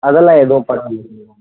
அதெல்லாம் எதுவும் பண்ண வேண்டியது இல்லை